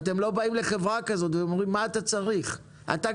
למה אתם לא עושים reaching out - למה אתם